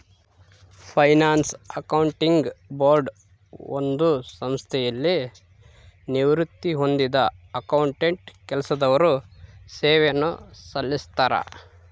finance accounting board ಒಂದು ಸಂಸ್ಥೆಯಲ್ಲಿ ನಿವೃತ್ತಿ ಹೊಂದಿದ್ದ ಅಕೌಂಟೆಂಟ್ ಕೆಲಸದವರು ಸೇವೆಯನ್ನು ಸಲ್ಲಿಸ್ತರ